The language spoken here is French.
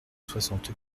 soixante